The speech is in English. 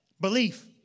Belief